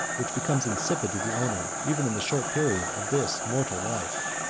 which becomes insipid to the owner, even in the short period of this mortal life.